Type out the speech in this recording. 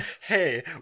Hey